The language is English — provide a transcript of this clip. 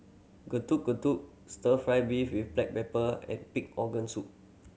Getuk Getuk Stir Fry beef with black pepper and pig organ soup